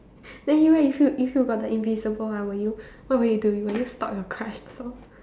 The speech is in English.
then you eh if you if you got the invisible ah will you what would you do will you stalk your crush also